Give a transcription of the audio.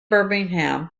birmingham